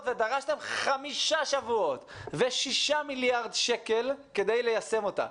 ודרשתם חמישה שבועות ושישה מיליארד שקלים כדי ליישם אותה.